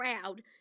proud